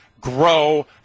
grow